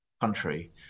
country